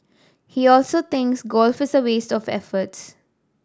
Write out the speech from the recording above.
he also thinks golf is a waste of effort